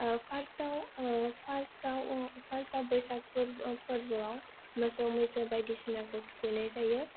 फार्स्टआव फार्स्टआव बैसागु फोरबोयाव मोसौ मैसो बायदि सिनाखौ थुखैनाय जायो